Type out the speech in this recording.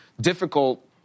difficult